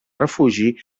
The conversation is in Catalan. refugi